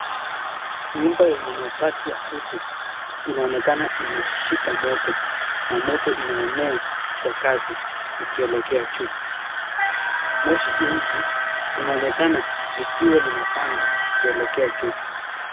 Nyumba yenye mabati ya kutu, inaonekana imeshika moto ,na moto inaenea kwa kasi ikielekea juu .Moshi jeusi linaonekana likiwa linapanda kuelekea juu.